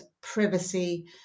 privacy